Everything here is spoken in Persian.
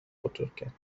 کرد